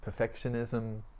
perfectionism